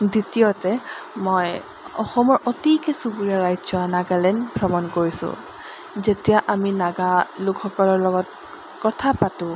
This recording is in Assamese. দ্বিতীয়তে মই অসমৰ অতিকৈ চুবুৰীয়া ৰাজ্য নাগালেণ্ড ভ্ৰমণ কৰিছোঁ যেতিয়া আমি নাগা লোকসকলৰ লগত কথা পাতোঁ